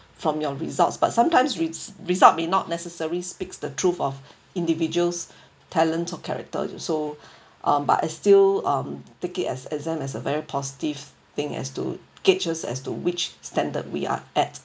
from your results but sometimes res~ result may not necessary speaks the truth of individuals talent or character so um but I still um take it as exam as a very positive thing as to get just as to which standard we are at